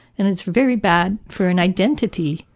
and it's very bad for an identity.